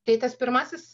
tai tas pirmasis